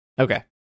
Okay